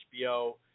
HBO